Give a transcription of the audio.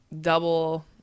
double